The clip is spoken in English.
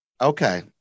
Okay